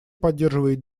поддерживает